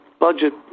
budget